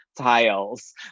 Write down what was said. tiles